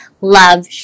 love